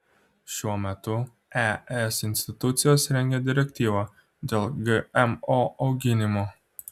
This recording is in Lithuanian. šiuo metu es institucijos rengia direktyvą dėl gmo auginimo